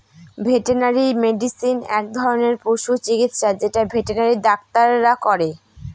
veterinary medicine এক ধরনের পশু চিকিৎসা যেটা ভেটেনারি ডাক্তাররা করে